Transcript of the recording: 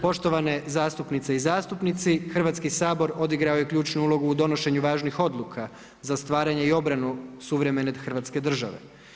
Poštovane zastupnice i zastupnici, Hrvatski sabor odigrao je ključnu ulogu u donošenju važnih odluka za stvaranje i obranu suvremene hrvatske države.